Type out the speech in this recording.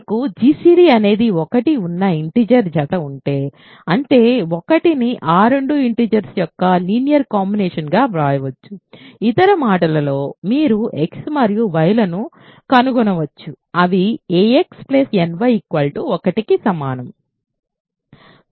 మీకు gcd అనేది 1 ఉన్న ఇంటిజర్ జత ఉంటే అంటే 1ని ఆ రెండు ఇంటిజర్స్ యొక్క లీనియర్ కాంబినేషన్ గా వ్రాయవచ్చు ఇతర మాటలలో మీరు x మరియు y లను కనుగొనవచ్చు అవి ax ny 1 కి సమానం